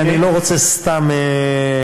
כי אני לא רוצה סתם לזרוק.